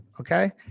Okay